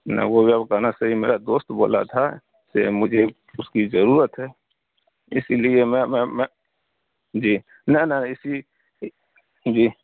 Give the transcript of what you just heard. نہ وہ سب کہنا صحیح میرا دوست بولا تھا سے مجھے اس کی ضرورت ہے اسی لیے میں میں میں جی نہ نہ اسی جی